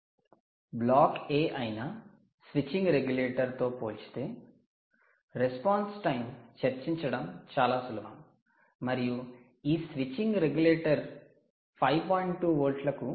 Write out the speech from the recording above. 'black A' అయిన switching regulator తో పోల్చితే రెస్పాన్స్ టైం చర్చించడం చాలా సులభం మరియు ఈ స్విచ్చింగ్ రెగ్యులేటర్ 5